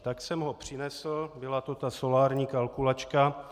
Tak jsem ho přinesl, byla to solární kalkulačka.